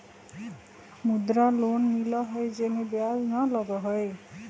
मुद्रा लोन मिलहई जे में ब्याज न लगहई?